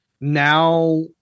now